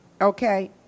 okay